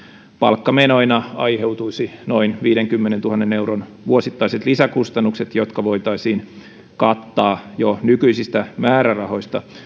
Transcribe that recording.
palkkamenoina aiheutuisi noin viidenkymmenentuhannen euron vuosittaiset lisäkustannukset jotka voitaisiin kattaa jo nykyisistä määrärahoista